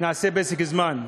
נעשה פסק זמן.